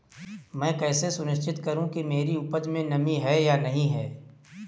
मैं कैसे सुनिश्चित करूँ कि मेरी उपज में नमी है या नहीं है?